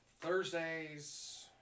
Thursdays